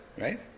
right